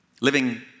Living